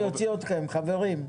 אני אוציא אתכם חברים,